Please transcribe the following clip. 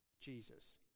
Jesus